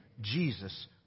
Jesus